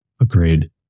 Agreed